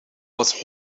was